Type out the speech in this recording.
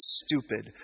stupid